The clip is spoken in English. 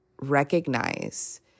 recognize